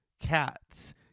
cats